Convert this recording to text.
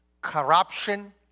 corruption